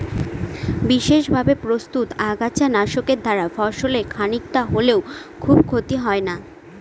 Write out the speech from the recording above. বিশেষভাবে প্রস্তুত আগাছা নাশকের দ্বারা ফসলের খানিকটা হলেও খুব ক্ষতি হয় না